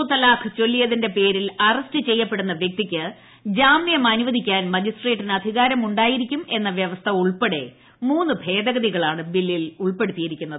മുത്തലാഖ് ചൊല്ലിയതിന്റെ പേരിൽ അറസ്റ്റ് ചെയ്യപ്പെടുന്ന വൃക്തിക്ക് ജാമ്യം അനുവദിക്കാൻ മജിസ്ട്രേട്ടിന് അധികാരം ഉണ്ടായിരിക്കും എന്ന വൃവസ്ഥ ഉൾപ്പെടെ മൂന്ന് ഭേദഗതികളാണ് ബില്ലിൽ ഉൾപ്പെടുത്തിയിരിക്കുന്നത്